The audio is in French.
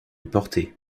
porter